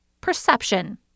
perception